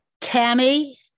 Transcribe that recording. Tammy